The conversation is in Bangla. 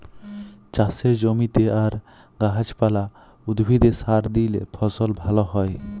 চাষের জমিতে আর গাহাচ পালা, উদ্ভিদে সার দিইলে ফসল ভাল হ্যয়